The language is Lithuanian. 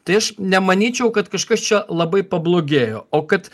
tai aš nemanyčiau kad kažkas čia labai pablogėjo o kad